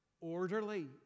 orderly